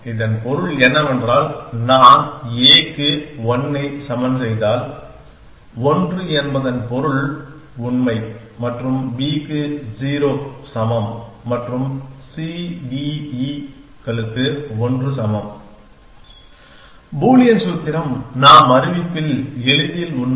இதன் பொருள் என்னவென்றால் நான் A க்கு 1 ஐ சமன் செய்தால் 1 என்பதன் பொருள் உண்மை மற்றும் Bக்கு 0 சமம் மற்றும் C D E களுக்கு 1 சமம் பூலியன் சூத்திரம் நாம் அறிவிப்பில் எளிதில் உண்மை